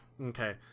Okay